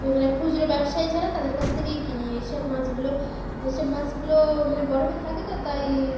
ইয়ে মানে খুচরো ব্যবসায়ী যারা তাদের কাছ থেকেই কিনি এই সব মাছগুলো এই সব মাছগুলো মানে বরফে থাকে তো তাই